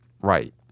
right